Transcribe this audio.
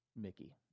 Mickey